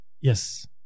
yes